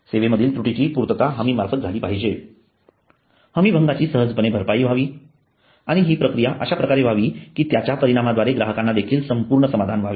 सेवेमधील त्रुटींची पूर्तता हमी मार्फत झाली पाहिजे हमी भंगाची सहजपणे भरपाई व्हावी आणि हि प्रक्रिया अश्याप्रकारे व्हावी कि त्याच्या परिणामाद्वारे ग्राहकांना देखील संपूर्ण समाधान व्हावे